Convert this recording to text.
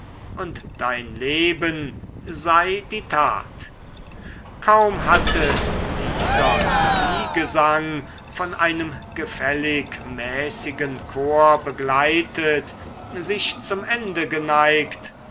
und dein leben sei die tat kaum hatte dieser zwiegesang von einem gefällig mäßigen chor begleitet sich zum ende geneigt